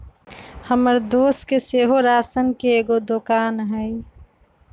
हमर दोस के सेहो राशन के एगो दोकान हइ